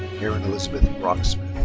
erin elizabeth brocksmith.